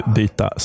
byta